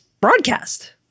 broadcast